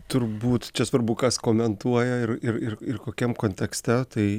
turbūt čia svarbu kas komentuoja ir ir ir ir kokiam kontekste tai